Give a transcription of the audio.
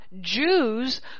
Jews